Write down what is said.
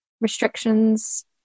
restrictions